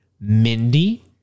Mindy